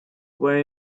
were